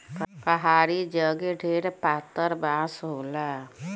पहाड़ी जगे ढेर पातर बाँस होला